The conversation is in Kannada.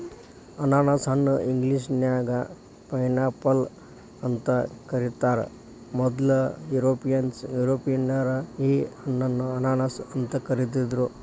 ಅನಾನಸ ಹಣ್ಣ ಇಂಗ್ಲೇಷನ್ಯಾಗ ಪೈನ್ಆಪಲ್ ಅಂತ ಕರೇತಾರ, ಮೊದ್ಲ ಯುರೋಪಿಯನ್ನರ ಈ ಹಣ್ಣನ್ನ ಅನಾನಸ್ ಅಂತ ಕರಿದಿದ್ರು